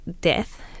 death